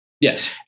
Yes